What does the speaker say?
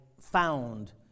found